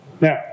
now